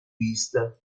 vista